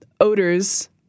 Odors